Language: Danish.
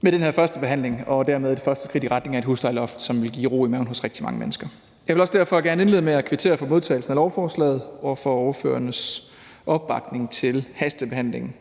med den her førstebehandling og dermed et første skridt i retning af et huslejeloft, som vil give ro i maven hos rigtig mange mennesker. Jeg vil derfor gerne indlede med at kvittere for modtagelsen af lovforslaget og for ordførernes opbakning til hastebehandlingen.